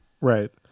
Right